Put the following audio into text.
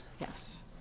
Yes